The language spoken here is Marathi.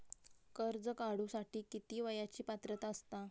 कर्ज काढूसाठी किती वयाची पात्रता असता?